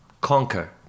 conquer